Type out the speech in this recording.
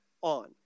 on